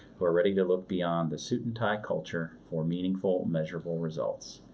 we're ready to look beyond the suit and tie culture for meaningful measurable results.